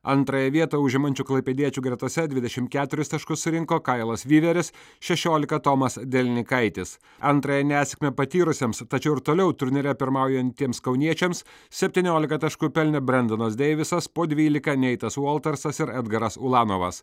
antrąją vietą užimančių klaipėdiečių gretose dvidešim keturis taškus surinko kajelas vyveris šešiolika tomas delinikaitis antrąją nesėkmę patyrusiems tačiau ir toliau turnyre pirmaujantiems kauniečiams septyniolika taškų pelnė brendonas deivisas po dvylika neitas voltersas ir edgaras ulanovas